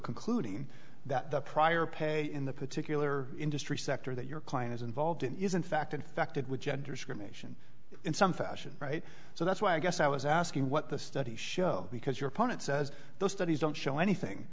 concluding that the prior pay in the particular industry sector that your client is involved in is in fact infected with gender discrimination in some fashion right so that's why i guess i was asking what the studies show because your opponent says those studies don't show anything